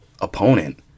opponent